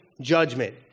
judgment